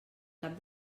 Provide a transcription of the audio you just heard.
cap